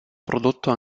prodotto